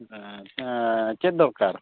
ᱟᱪᱪᱷᱟ ᱪᱮᱫ ᱫᱚᱨᱠᱟᱨ